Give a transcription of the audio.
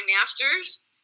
master's